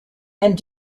and